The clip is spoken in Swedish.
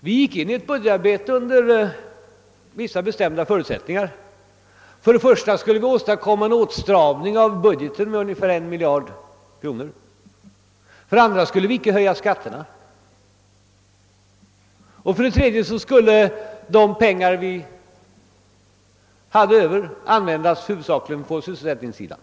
Vi började budgetarbetet under vissa bestämda förutsättningar. För det första skulle vi åstadkomma en åtstramning av budgeten med ungefär en miljard kronor. För det andra skulle vi inte höja skatterna. För det tredje skulle de pengar vi fick över huvudsakligen användas på sysselsättningssidan.